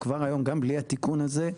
גם בלי התיקון הזה,